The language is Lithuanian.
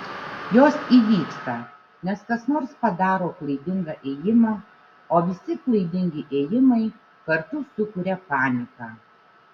jos įvyksta nes kas nors padaro klaidingą ėjimą o visi klaidingi ėjimai kartu sukuria paniką